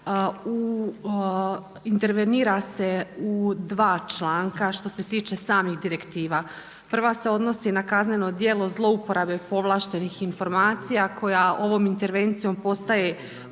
Intervenira se u dva članka što se tiče samih direktiva. Prva se odnosi na kazneno djelo zlouporabe povlaštenih informacija koja ovom intervencijom postaje